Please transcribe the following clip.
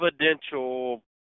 evidential